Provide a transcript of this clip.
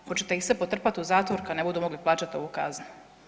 Hoćete li ih sve potrpati u zatvor kad ne budu mogli plaćati ovu kaznu?